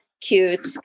cute